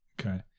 Okay